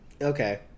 Okay